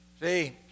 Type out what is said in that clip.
See